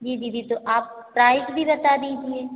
जी दीदी तो आप टाइप भी बता दीजिये